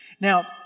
Now